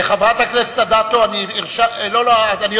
חברת הכנסת אדטו, אני